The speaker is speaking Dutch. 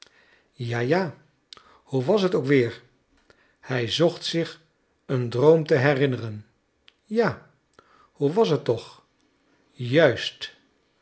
ja ja hoe was het ook weer hij zocht zich een droom te herinneren ja hoe was het toch juist